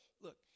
look